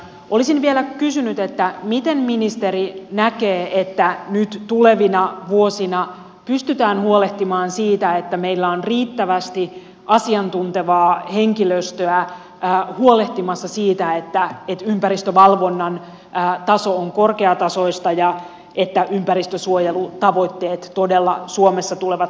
olisin vielä kysynyt miten ministeri näkee sen että nyt tulevina vuosina pystytään huolehtimaan siitä että meillä on riittävästi asiantuntevaa henkilöstöä huolehtimassa siitä että ympäristövalvonnan taso on korkeatasoista ja että ympäristönsuojelutavoitteet todella suomessa tulevat toteutumaan